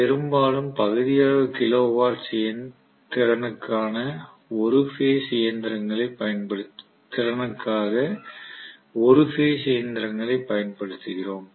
பெரும்பாலும் பகுதியளவு kilowatts திறனுக்காக ஒரு பேஸ் இயந்திரங்களைப் பயன்படுத்துகிறோம்